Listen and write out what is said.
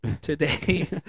today